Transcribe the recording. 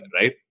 right